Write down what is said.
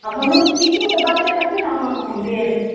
हमरो किछो बचतै तखने ने हम अहाँकेँ देब